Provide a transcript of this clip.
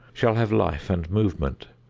shall have life and movement,